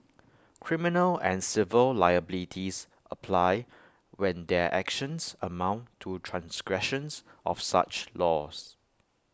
criminal and civil liabilities apply when their actions amount to transgressions of such laws